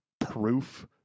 proof